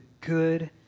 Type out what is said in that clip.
good